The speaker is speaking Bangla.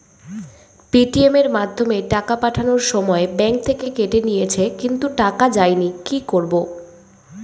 পেটিএম এর মাধ্যমে টাকা পাঠানোর সময় ব্যাংক থেকে কেটে নিয়েছে কিন্তু টাকা যায়নি কি করব?